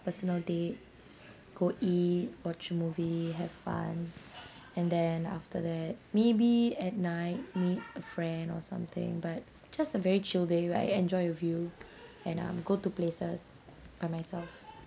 personal date go eat watch a movie have fun and then after that maybe at night meet a friend or something but just a very chill day where I enjoy with you and um go to places by myself